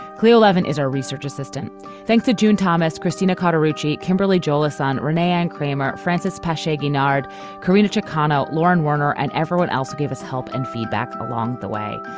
cleo lieven is our research assistant thanks to june thomas christina carter ritchie kimberly jolson rene and kramer. frances passion garnered carina chicano lauren werner and everyone else gave us help and feedback along the way.